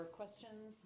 questions